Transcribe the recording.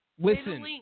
Listen